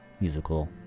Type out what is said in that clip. musical